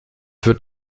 wird